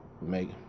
make